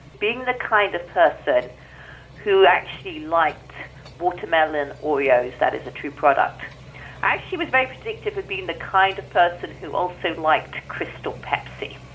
being the kind of person who actually liked watermelon oreos that is a true product actually was very predictive of being the kind of person who also liked crystal pepsi.